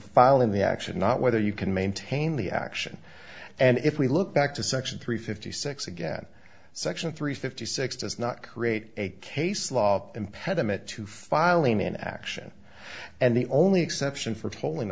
filing the action not whether you can maintain the action and if we look back to section three fifty six again section three fifty six does not create a case law impediment to filing an action and the only exception for tolling